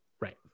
Right